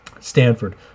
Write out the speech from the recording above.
Stanford